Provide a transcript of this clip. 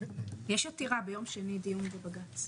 --- יש עתירה, דיון ביום שני בבג"צ.